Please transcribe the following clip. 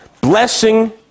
blessing